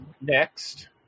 next